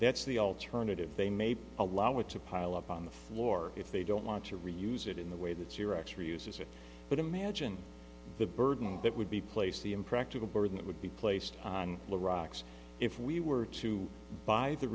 that's the alternative they made allow it to pile up on the floor if they don't want to reuse it in the way that your x ray uses it but imagine the burden that would be placed the impractical burden that would be placed on the rocks if we were to buy the